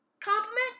compliment